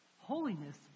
Holiness